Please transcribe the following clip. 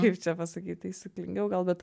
kaip čia pasakyt taisyklingiau gal bet